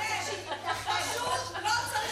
פשוט לא צריך להתלונן,